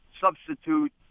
substitute